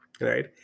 right